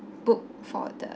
book for the